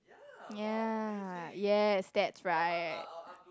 ya yes that's right